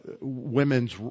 women's